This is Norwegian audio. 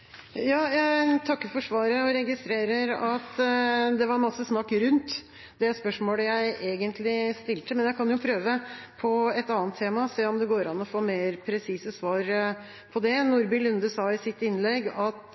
Jeg takker for svaret og registrerer at det var masse snakk rundt det spørsmålet jeg egentlig stilte. Men jeg kan jo prøve på et annet tema, og se om det går an å få mer presise svar på det. Nordby Lunde sa i sitt innlegg at